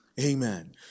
Amen